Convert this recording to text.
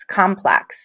complex